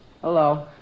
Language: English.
Hello